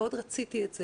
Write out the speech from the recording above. מאוד רציתי את זה,